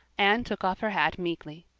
anne took off her hat meekly.